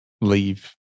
leave